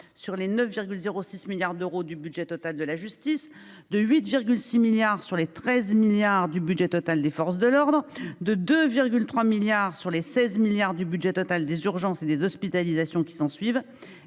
sur les 9,06 milliards d'euros du budget total de la justice, [...] de 8,6 milliards d'euros sur les 13,1 milliards d'euros du budget total des forces de l'ordre, de 2,3 milliards d'euros sur les 16,1 milliards d'euros du budget total des urgences et des hospitalisations qui s'ensuivent.